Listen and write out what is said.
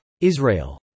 Israel